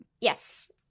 Yes